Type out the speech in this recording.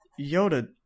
Yoda